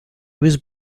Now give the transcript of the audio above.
was